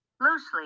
Loosely